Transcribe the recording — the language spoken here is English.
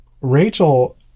Rachel